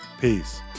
Peace